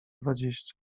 dwadzieścia